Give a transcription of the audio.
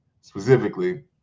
specifically